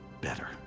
better